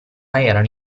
erano